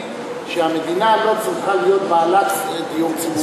שהמדינה לא צריכה להיות בעלת דיור ציבורי.